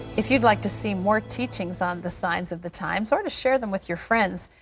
if you'd like to see more teachings on the signs of the times or to share them with your friends,